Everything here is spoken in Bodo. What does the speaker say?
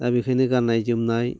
दा बेखायनो गाननाय जोमनाय